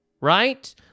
Right